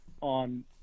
on